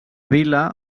vila